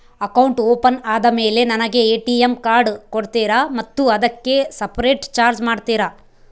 Account open ಆದಮೇಲೆ ನನಗೆ ATM card ಕೊಡ್ತೇರಾ ಮತ್ತು ಅದಕ್ಕೆ ಸಪರೇಟ್ ಚಾರ್ಜ್ ಮಾಡ್ತೇರಾ?